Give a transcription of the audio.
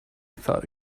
thought